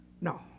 no